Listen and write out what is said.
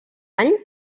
any